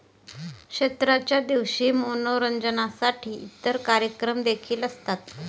क्षेत्राच्या दिवशी मनोरंजनासाठी इतर कार्यक्रम देखील असतात